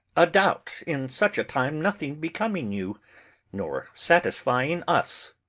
a doubt in such a time nothing becoming you nor satisfying us.